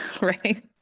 Right